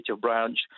branch